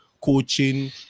coaching